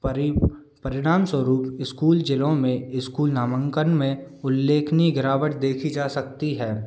परी परिणाम स्वरूप इस्कूल जिलों में इस्कूल नामांकन में उल्लेखनीय गिरावट देखी जा सकती है